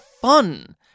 fun